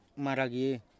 maragi